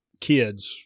kids